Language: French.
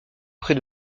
près